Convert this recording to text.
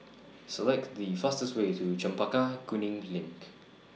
Select The fastest Way to Chempaka Kuning LINK